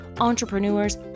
entrepreneurs